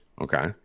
Okay